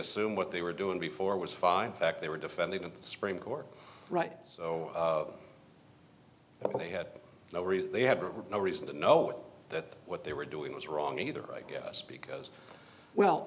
assume what they were doing before was five fact they were defending the supreme court right so they had no reason they had no reason to know that what they were doing was wrong either i guess because well